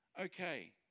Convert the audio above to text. okay